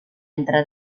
entre